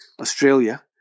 Australia